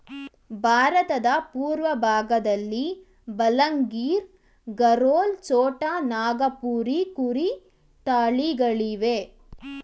ಭಾರತದ ಪೂರ್ವಭಾಗದಲ್ಲಿ ಬಲಂಗಿರ್, ಗರೋಲ್, ಛೋಟಾ ನಾಗಪುರಿ ಕುರಿ ತಳಿಗಳಿವೆ